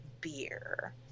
beer